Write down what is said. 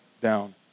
down